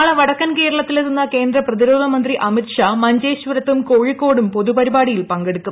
നാളെ വടക്കൻ കേരളത്തിലെത്തുന്ന കേന്ദ്ര പ്രതിരോധ മന്ത്രി അമിത് ഷാ മഞ്ചേശ്വരത്തും കോഴിക്കോടും പൊതുപരിപാടികളിൽ പങ്കെടുക്കും